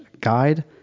guide